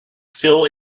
still